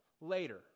later